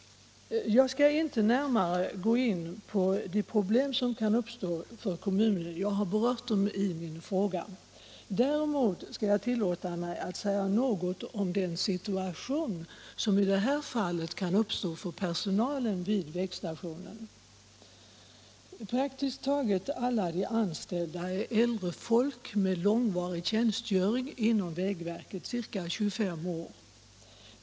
Jag skall inte närmare gå in på de problem som kan uppstå för kommunen -— jag har berört dem i frågan. Däremot skall jag tillåta mig att säga något om den situation som i detta fall kan uppstå för personalen vid vägstationen. Praktiskt taget alla de anställda är äldre människor med långvarig tjänstgöring vid vägverket, ca 25 år.